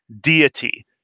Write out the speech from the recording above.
deity